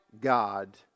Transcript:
God